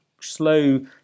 slow